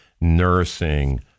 Nursing